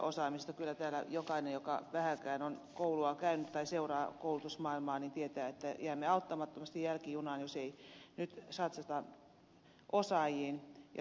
kyllä täällä jokainen joka vähänkään on koulua käynyt tai seuraa koulutusmaailmaa tietää että jäämme auttamattomasti jälkijunaan jos ei nyt satsata osaajiin ja tueta heitä